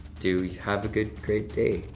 do have a good, great day.